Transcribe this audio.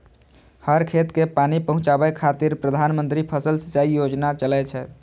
हर खेत कें पानि पहुंचाबै खातिर प्रधानमंत्री फसल सिंचाइ योजना चलै छै